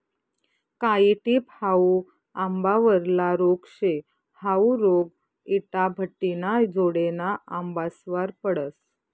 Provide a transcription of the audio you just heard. कायी टिप हाउ आंबावरला रोग शे, हाउ रोग इटाभट्टिना जोडेना आंबासवर पडस